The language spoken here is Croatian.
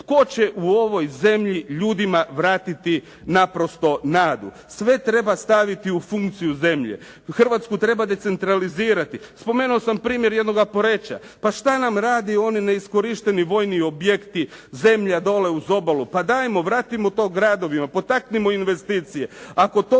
Tko će u ovoj zemlji ljudima vratiti naprosto nadu? Sve treba staviti u funkciju zemlje. Hrvatsku treba decentralizirati. Spomenuo sam primjer jednoga Poreča. Pa što nam rade oni neiskorišteni vojni objekti, zemlja dolje uz obalu. Pa dajmo, vratimo to gradovima, potaknimo investicije. Ako to